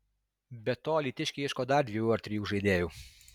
be to alytiškiai ieško dar dviejų ar trijų žaidėjų